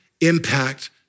impact